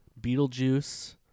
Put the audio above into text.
Beetlejuice